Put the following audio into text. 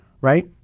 Right